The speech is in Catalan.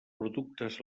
productes